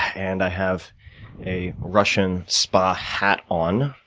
and i have a russian spa hat on,